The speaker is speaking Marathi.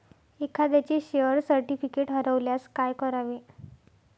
एखाद्याचे शेअर सर्टिफिकेट हरवल्यास काय करावे?